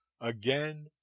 Again